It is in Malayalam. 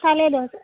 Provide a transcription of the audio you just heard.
തലേ ദിവസം